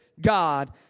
God